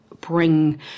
bring